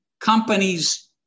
companies